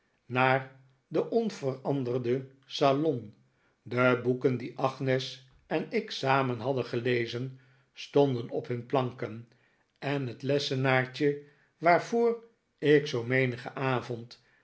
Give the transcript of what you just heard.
naar den onveranderden salon de boeken die agnes en ik samen hadden gelezen stonden op hun planken en het lessenaartje waarvoor ik zoo menigen avond